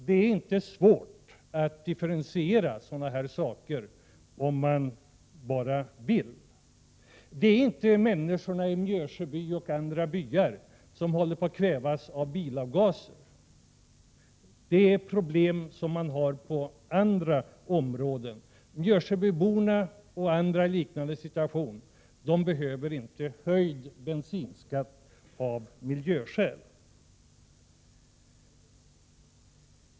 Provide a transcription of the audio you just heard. Det är inte svårt att göra differentieringar i sådana här sammanhang, om man bara vill. Människorna i Mjösjöby och andra byar är inte de som håller på att kvävas av bilavgaser. Dessa problem finns på annat håll. Mjösjöbyborna och andra i en liknande situation behöver inte höjd bensinskatt av miljöskäl.